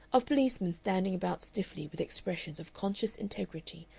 of policemen standing about stiffly with expressions of conscious integrity,